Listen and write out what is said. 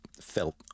felt